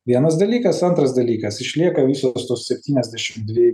vienas dalykas antras dalykas išlieka visos tos septyniasdešim dvi